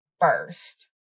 first